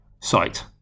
site